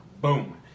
boom